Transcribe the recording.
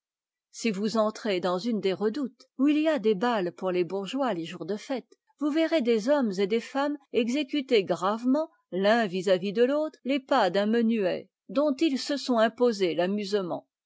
si vous entrez dans une des redoutes où il y a des bals pour les bourgeois les jours de fêtes vous verrez des hommes et des femmes exécuter gravement l'un vis-à-vis de l'autre les pas d'un menuet dont ils se sont imposé l'amusement